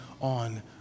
on